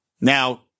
Now